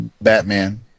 batman